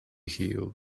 healed